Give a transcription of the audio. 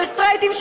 של סטרייטים,